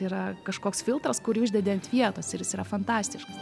yra kažkoks filtras kurį uždedi ant vietos ir jis yra fantastiškas